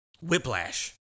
whiplash